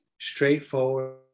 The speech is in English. straightforward